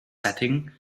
setting